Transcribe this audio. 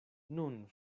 nun